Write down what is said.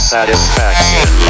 Satisfaction